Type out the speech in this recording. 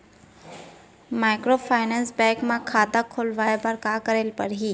Microfinance bank म खाता खोलवाय बर का करे ल परही?